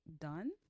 done